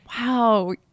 Wow